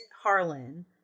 Harlan